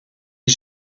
est